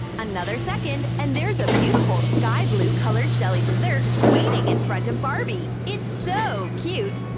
another second, and there's a beautiful sky blue colored jelly dessert waiting in front of barbie! it's so cute!